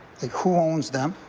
ah who owns them?